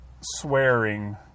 swearing